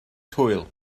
hwyl